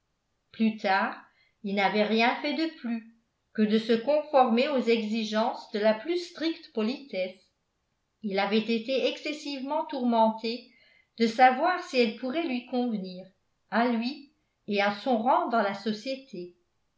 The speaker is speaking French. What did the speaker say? plus tard il n'avait rien fait de plus que de se conformer aux exigences de la plus stricte politesse il avait été excessivement tourmenté de savoir si elle pourrait lui convenir à lui et à son rang dans la société